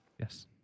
Yes